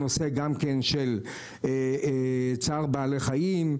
הנושא של צער בעלי-חיים,